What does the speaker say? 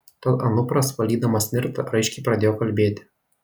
tad anupras valdydamas nirtą raiškiai pradėjo kalbėti